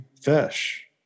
fish